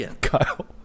Kyle